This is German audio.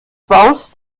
baust